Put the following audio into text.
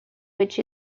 which